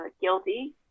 guilty